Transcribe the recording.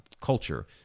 culture